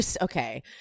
okay